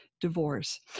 Divorce